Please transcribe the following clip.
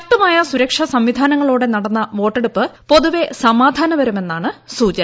ശക്തമായ സുരക്ഷാ സംവിധാനങ്ങളോടെ നടന്ന വോട്ടെടുപ്പ് പൊതുവെ സമാധാനപരമെന്നാണ് സൂചന